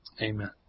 Amen